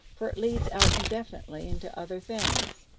for it leads out indefinitely into other things.